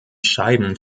scheiben